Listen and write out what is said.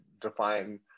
define